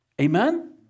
Amen